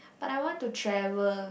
but I want to travel